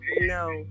No